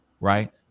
right